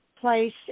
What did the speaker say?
place